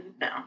no